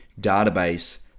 database